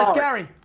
um gary.